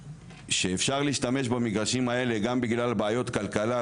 שאפשר להשתמש במגרשים האלה גם בגלל בעיות כלכלה,